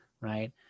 right